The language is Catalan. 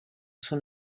són